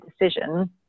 decision